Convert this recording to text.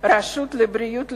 רשות לבריאות לאומית,